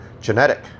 genetic